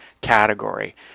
category